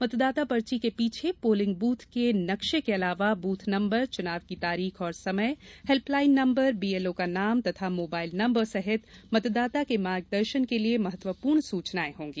मतदाता पर्ची के पीछे पोलिंग बूथ के नक्शे के अलावा बूथ नम्बर चुनाव की तारीख और समय हेल्पलाइन नम्बर बीएलओ का नाम तथा मोबाइल नम्बर सहित मतदाता के मार्गदर्शन के लिये महत्वपूर्ण सूचनाए होंगी